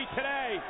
today